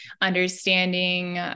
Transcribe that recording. understanding